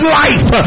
life